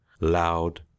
loud